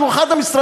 שהוא אחד המשרדים,